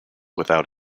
without